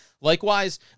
Likewise